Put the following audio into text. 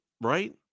right